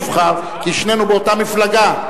כי שנינו באותה מפלגה.